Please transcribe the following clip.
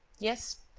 yes,